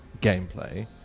gameplay